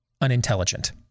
unintelligent